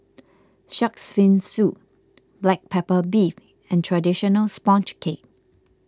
Shark's Fin Soup Black Pepper Beef and Traditional Sponge Cake